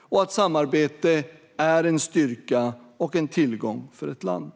och att samarbete är en styrka och en tillgång för ett land.